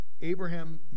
Abraham